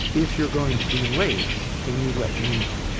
if you're going to be late, can you let me know?